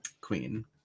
queen